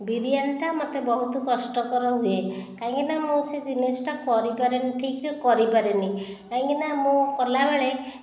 ବିରିୟାନୀଟା ମୋତେ ବହୁତ କଷ୍ଟକର ହୁଏ କାହିଁକିନା ମୁଁ ସେ ଜିନିଷଟା କରିପାରେନି ଠିକ୍ସେ କରିପାରେ ନାହିଁ କାହିଁକିନା ମୁଁ କଲାବେଳେ